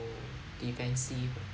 oh defensive ah